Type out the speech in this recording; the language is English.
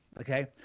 okay